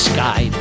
Sky